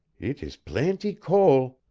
eet is plaintee cole.